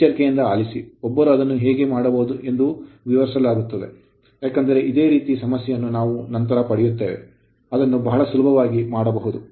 ಎಚ್ಚರಿಕೆಯಿಂದ ಆಲಿಸಿ ಒಬ್ಬರು ಅದನ್ನು ಹೇಗೆ ಮಾಡಬಹುದು ಎಂದು ವಿವರಿಸಲಾಗುತ್ತದೆ ಏಕೆಂದರೆ ಇದೇ ರೀತಿಯ ಸಮಸ್ಯೆಯನ್ನು ನಾವು ನಂತರ ಪಡೆಯುತ್ತೇವೆ ಒಬ್ಬರು ಅದನ್ನು ಬಹಳ ಸುಲಭವಾಗಿ ಮಾಡಬಹುದು